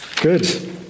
Good